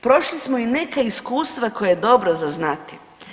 Prošli smo i neka iskustva koja je dobro za znati.